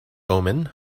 omen